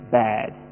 bad